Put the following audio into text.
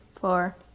four